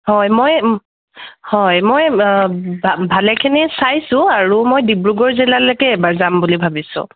হয় মই হয় মই ভালেখিনি চাইছোঁ আৰু মই ডিব্ৰুগড় জিলালৈকে এবাৰ যাম বুলি ভাবিছোঁ